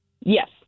Yes